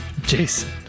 Jason